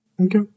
Okay